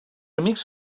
amics